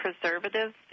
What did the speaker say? preservatives